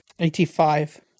85